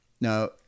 Now